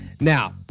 now